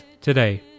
today